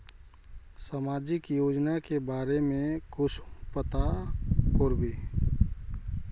सामाजिक योजना के बारे में कुंसम पता करबे?